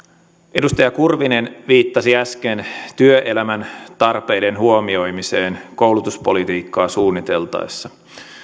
edustaja kurvinen viittasi äsken työelämän tarpeiden huomioimiseen koulutuspolitiikkaa suunniteltaessa